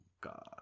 God